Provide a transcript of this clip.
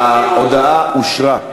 ההודעה אושרה.